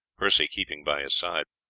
percy keeping by his side.